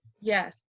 Yes